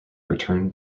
returned